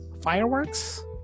fireworks